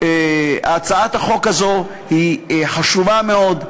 הצעת החוק הזאת היא חשובה מאוד,